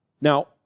now